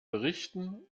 berichten